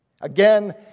Again